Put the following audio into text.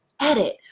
edit